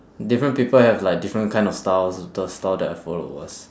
different people have like different kind of styles the style that I followed was